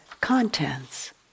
contents